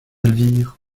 elvire